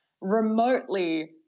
remotely